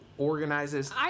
organizes